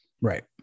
Right